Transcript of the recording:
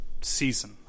season